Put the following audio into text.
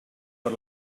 per